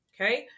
Okay